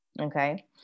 Okay